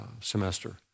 semester